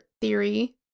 theory